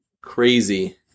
crazy